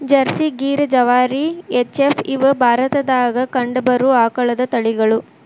Jersey, Gir, ಜವಾರಿ, H F, ಇವ ಭಾರತದಾಗ ಕಂಡಬರು ಆಕಳದ ತಳಿಗಳು